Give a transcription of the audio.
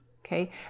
okay